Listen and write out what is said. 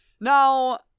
Now